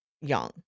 young